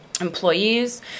employees